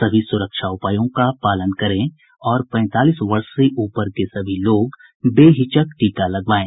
सभी सुरक्षा उपायों का पालन करें और पैंतालीस वर्ष से ऊपर के सभी लोग बेहिचक टीका लगवाएं